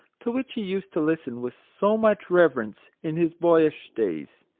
to which he used to listen with so much reverence in his boyish days.